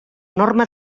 norma